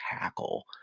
tackle